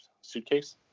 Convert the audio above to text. suitcase